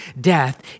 death